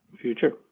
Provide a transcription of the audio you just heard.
future